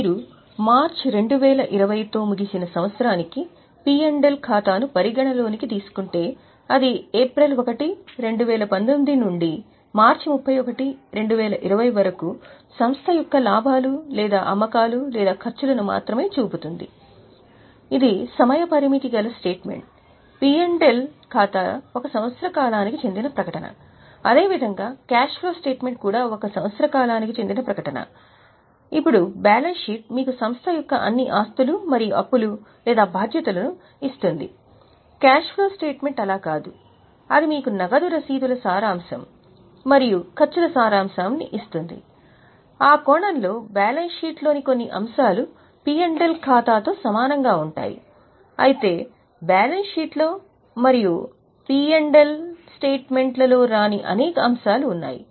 మీరు మార్చి 2020 తో ముగిసిన సంవత్సరానికి లాభం మరియు నష్టం లో ప్రతిబింబిస్తాయి